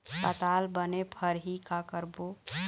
पताल बने फरही का करबो?